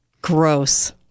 Gross